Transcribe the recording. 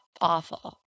awful